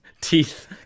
teeth